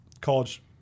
college